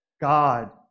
God